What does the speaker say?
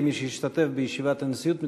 כמי שהשתתף בישיבת הנשיאות,